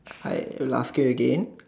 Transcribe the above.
I ask you again